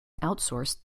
outsourced